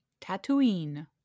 Tatooine